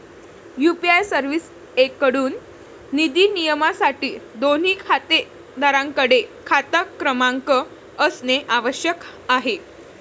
UPI सर्व्हिसेसएकडून निधी नियमनासाठी, दोन्ही खातेधारकांकडे खाता क्रमांक असणे आवश्यक आहे